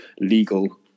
legal